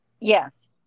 Yes